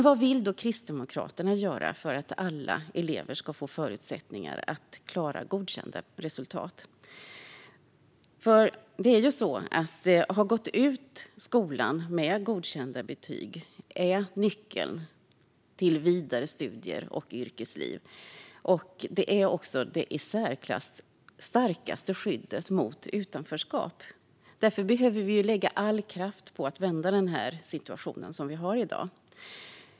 Vad vill då Kristdemokraterna göra för att alla elever ska få förutsättningar att klara godkända resultat? Att ha gått ut skolan med godkända betyg är nyckeln till vidare studier och yrkesliv. Det är också det i särklass starkaste skyddet mot utanförskap. Därför behöver vi lägga all kraft på att vända dagens situation.